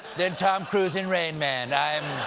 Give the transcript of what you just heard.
than tom cruise in rain man